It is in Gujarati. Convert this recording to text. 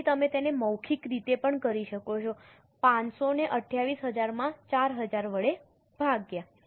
તેથી તમે તેને મૌખિક રીતે પણ કરી શકો છો 500 ને 28000 માં 4000 વડે ભાગ્યા